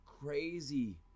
crazy